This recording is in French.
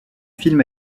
film